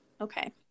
Okay